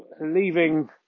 leaving